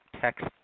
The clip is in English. text –